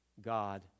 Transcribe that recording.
God